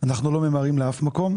אנחנו לא ממהרים לאף מקום.